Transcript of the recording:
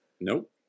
Nope